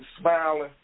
smiling